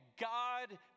God